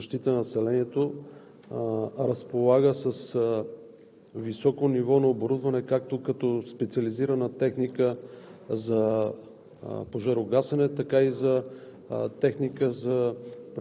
Главна дирекция „Пожарна безопасност и защита на населението“ разполага с високо ниво на оборудване, както като специализирана техника за пожарогасене,